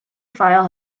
file